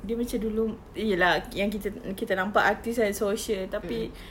dia macam dulu ya lah yang kita yang kita nampak artist kan social tapi